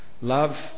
Love